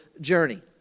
journey